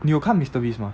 你有看 mister beast 吗